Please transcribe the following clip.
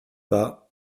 pas